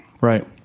Right